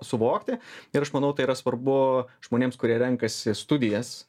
suvokti ir aš manau tai yra svarbu žmonėms kurie renkasi studijas